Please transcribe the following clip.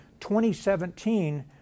2017